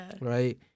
right